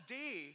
day